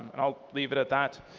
and i'll leave it at that.